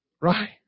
Right